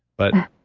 but,